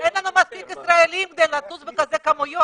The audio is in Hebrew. אין לנו מספיק ישראלים כדי לטוס בכאלה כמויות.